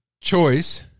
choice